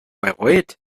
bayreuth